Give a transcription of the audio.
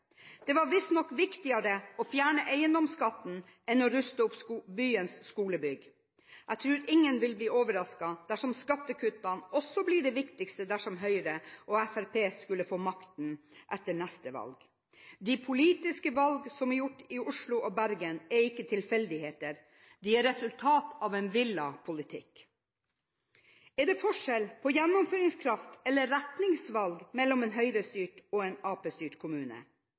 Det var visstnok viktigere å fjerne eiendomsskatten enn å ruste opp byens skolebygg. Jeg tror ingen vil bli overrasket dersom skattekuttene blir det viktigste dersom Høyre og Fremskrittspartiet skulle få makten etter neste valg. De politiske valg som er gjort i Oslo og Bergen er ikke tilfeldigheter, de er resultat av en villet politikk. Er det forskjell på gjennomføringskraft eller retningsvalg mellom en Høyre-styrt og en Arbeiderparti-styrt kommune?